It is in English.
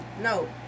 No